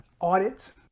audit